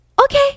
Okay